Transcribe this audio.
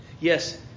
Yes